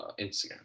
Instagram